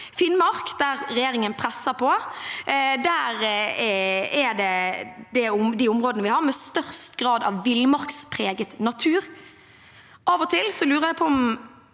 Finnmark, der regjeringen presser på, er de områdene vi har med størst grad av villmarkspreget natur. Av og til lurer jeg på om